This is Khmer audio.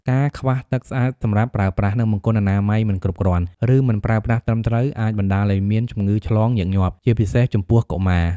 ការខ្វះទឹកស្អាតសម្រាប់ប្រើប្រាស់ និងបង្គន់អនាម័យមិនគ្រប់គ្រាន់ ឬមិនប្រើប្រាស់ត្រឹមត្រូវអាចបណ្តាលឱ្យមានជំងឺឆ្លងញឹកញាប់ ជាពិសេសចំពោះកុមារ។